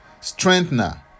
strengthener